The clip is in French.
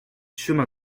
chemin